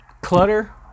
clutter